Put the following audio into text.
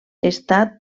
estat